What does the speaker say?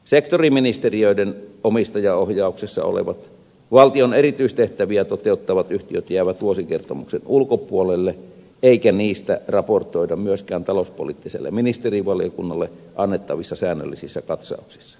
sektoriministeriöiden omistajaohjauksessa olevat valtion erityistehtäviä toteuttavat yhtiöt jäävät vuosikertomuksen ulkopuolelle eikä niistä raportoida myöskään talouspoliittiselle ministerivaliokunnalle annettavissa säännöllisissä katsauksissa